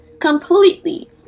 completely